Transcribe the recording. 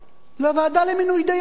לוועדה למינוי דיינים.